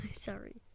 sorry